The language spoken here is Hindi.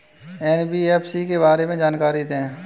एन.बी.एफ.सी के बारे में जानकारी दें?